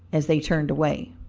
as they turned away.